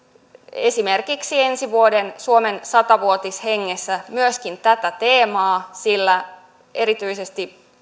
esimerkiksi ensi vuoden suomen satavuotishengessä myöskin tätä teemaa sillä erityisesti